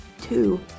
two